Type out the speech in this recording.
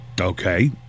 Okay